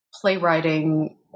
playwriting